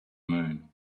moon